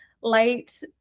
light